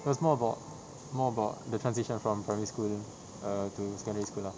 it was more about more about the transition from primary school err to secondary school lah